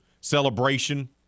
celebration